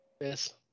Yes